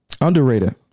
Underrated